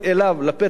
לפתח ביתו,